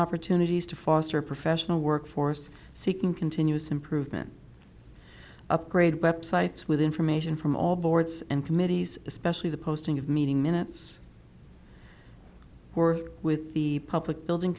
opportunities to foster professional workforce seeking continuous improvement upgrade websites with information from all boards and committees especially the posting of meeting minutes were with the public building